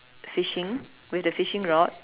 fishing with the fishing rod